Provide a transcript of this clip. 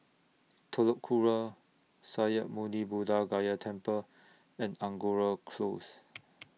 Telok Kurau Sakya Muni Buddha Gaya Temple and Angora Close